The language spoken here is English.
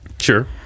Sure